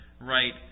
right